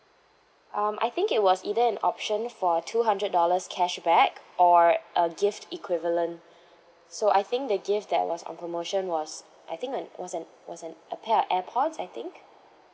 um I think it was either an option for two hundred dollars cashback or a gift equivalent so I think the gift that was on promotion was I think on it was an it was an a pair of airpods I think